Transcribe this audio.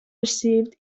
received